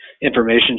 information